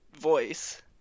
voice